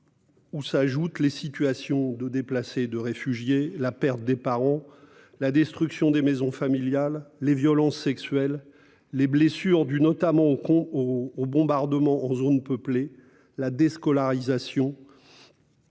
S'y ajoutent la situation des déplacés et des réfugiés, la perte des parents, la destruction des maisons familiales, les violences sexuelles, les blessures, dues notamment aux bombardements en zones peuplées, la déscolarisation,